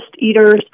eaters